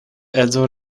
edzo